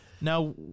now